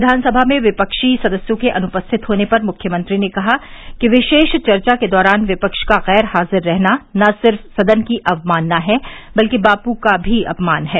विधानसभा में विपक्षी सदर्स्यो के अनुपस्थित होने पर मुख्यमंत्री ने कहा कि विशेष चर्चा के दौरान विपक्ष का गैर हाजिर रहना न सिर्फ सदन की अवमानना है बल्कि बापू का भी अपमान है